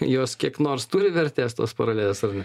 jos kiek nors turi vertės tos paralelės ar ne